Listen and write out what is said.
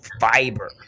fiber